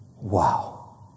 wow